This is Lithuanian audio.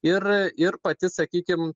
ir ir pati sakykim